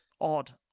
odd